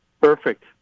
Perfect